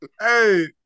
Hey